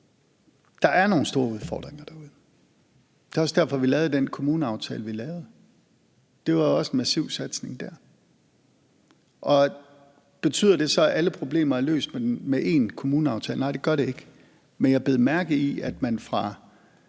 der er nogle store udfordringer derude. Det var også derfor, vi lavede den kommuneaftale, vi lavede. Det var jo også en massiv satsning der. Betyder det så, at alle problemer er løst med én kommuneaftale? Nej, det gør det ikke. Men jeg bed mærke i, at man fra